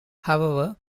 however